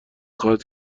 خواهد